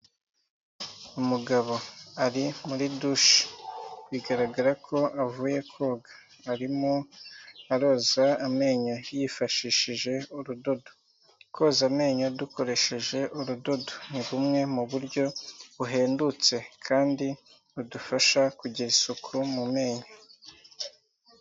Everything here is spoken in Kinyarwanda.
Umugabo ari muri dushe bigaragara ko avuye koga, arimo aroza amenyo yifashishije urudodo, koza amenyo dukoresheje urudodo, ni bumwe mu buryo buhendutse kandi budufasha kugira isuku mu menyo.